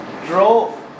drove